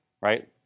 right